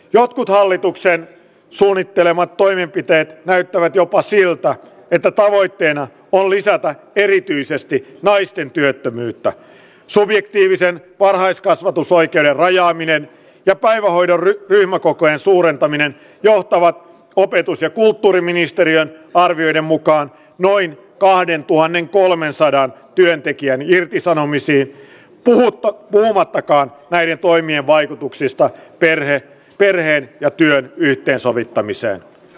jotkut hallituksen suunnittelemat toimenpiteet näyttävät jopa siltä että tavoitteena on lisätä erityisesti naisten työttömyyttä subjektiiviseen palais kasvatusoikeuden rajaaminen ja päivähoidon ryhmäkokojen suurentaminen johtava opetus ja kulttuuriministeriön arvioiden mukaan noin kahdentuhannenkolmensadan työntekijän irtisanomiseen tulevat takaa näiden toimien vaikutuksista perheen perheen ja työn yhteensovittamiseen